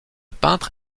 peintre